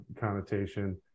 connotation